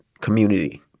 community